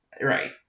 Right